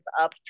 up